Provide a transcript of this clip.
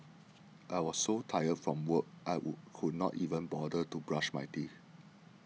I was so tired from work I would could not even bother to brush my teeth